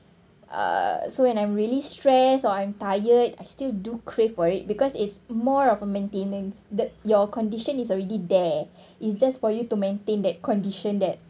uh so when I'm really stress or I'm tired I still do crave for it because it's more of a maintenance the your condition is already there is just for you to maintain that condition that